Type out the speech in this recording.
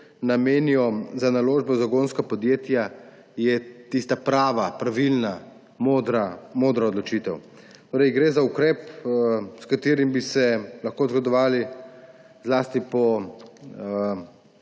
namenijo za naložbe v zagonska podjetja, je tista prava, pravilna, modra odločitev. Gre za ukrep, s katerim bi se lahko zgledovali zlasti po